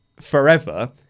forever